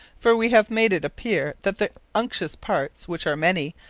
for we have made it appeare that the unctuous parts, which are many,